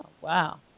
Wow